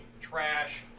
trash